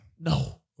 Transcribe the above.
No